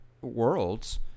Worlds